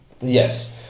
Yes